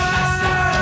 Master